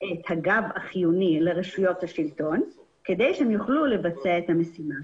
את הגב החיוני לרשויות השלטון כדי שהן תוכלנה לבצע את המשימה.